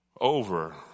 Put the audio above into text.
over